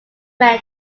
men